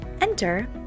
Enter